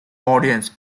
audience